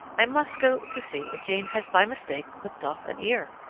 i must go to see if jane has by mistake clipped off an ear.